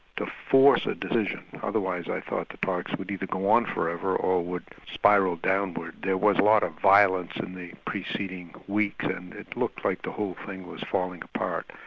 to force a decision, otherwise i thought the talks would either go on forever, or would spiral downward. there was a lot of violence in the preceding weeks and it looked like the whole thing was falling apart.